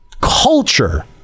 culture